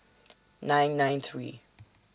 nine nine three